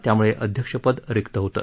त्यामुळे अध्यक्षपद रिक्त होतं